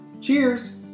Cheers